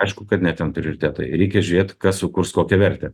aišku kad ne ten prioritetai reikia žiūrėt kas sukurs kokią vertę